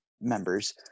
members